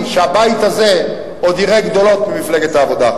שהבית הזה עוד יראה גדולות ממפלגת העבודה.